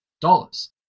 dollars